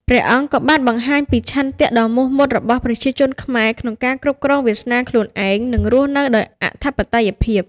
ព្រះអង្គក៏បានបង្ហាញពីឆន្ទៈដ៏មោះមុតរបស់ប្រជាជនខ្មែរក្នុងការគ្រប់គ្រងវាសនាខ្លួនឯង និងរស់នៅដោយអធិបតេយ្យភាព។